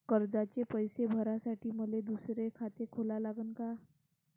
कर्जाचे पैसे भरासाठी मले दुसरे खाते खोला लागन का?